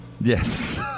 Yes